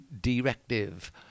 directive